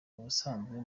ubusanzwe